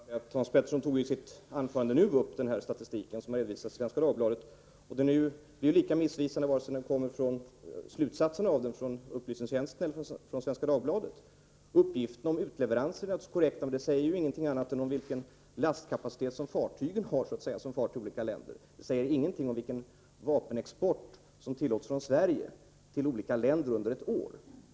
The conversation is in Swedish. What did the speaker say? Herr talman! Hans Petersson i Hallstahammar tog i sitt anförande nu upp den statistik som redovisats i Svenska Dagbladet. Slutsatserna av statistiken är lika missvisande oavsett om statistiken kommer från utredningstjänsten eller från Svenska Dagbladet. Uppgifterna om själva utleveranserna är naturligtvis korrekta, men de säger inget annat än om lastkapaciteten för de fartyg som far till olika länder och om när olika skeppningar går — de säger ingenting om vilken vapenexport som tillåts från Sverige till olika länder under ett år.